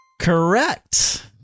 Correct